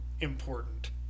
important